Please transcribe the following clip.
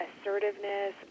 assertiveness